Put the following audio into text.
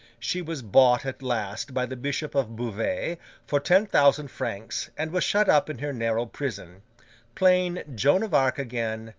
she was bought at last by the bishop of beauvais for ten thousand francs, and was shut up in her narrow prison plain joan of arc again,